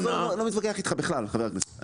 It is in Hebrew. אני לא מתווכח איתך בכלל, חבר הכנסת.